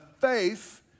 faith